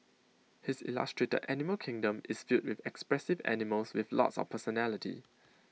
his illustrated animal kingdom is filled with expressive animals with lots of personality